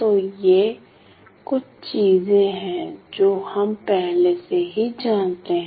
तो ये कुछ चीजें हैं जो हम पहले से ही जानते हैं